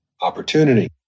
opportunity